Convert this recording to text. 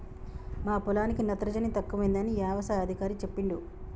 మా పొలానికి నత్రజని తక్కువైందని యవసాయ అధికారి చెప్పిండు